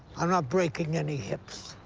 i'm not breaking any hips.